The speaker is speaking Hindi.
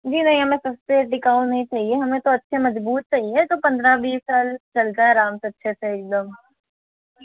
जी नहीं हमें सस्ते टिकाऊ नहीं चाहिए हमें तो अच्छे मज़बूत चाहिए जो पंद्रह बीस साल चल जाए आराम से अच्छे से एक दम